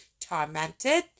tormented